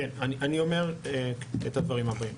בבקשה.